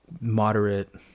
moderate